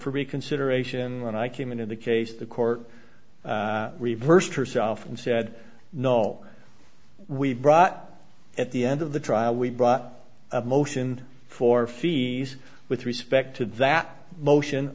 reconsideration when i came into the case the court reversed herself and said no we brought at the end of the trial we brought a motion for fees with respect to that motion